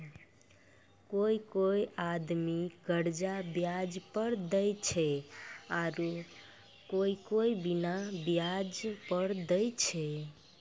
कोय कोय आदमी कर्जा बियाज पर देय छै आरू कोय कोय बिना बियाज पर देय छै